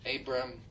Abram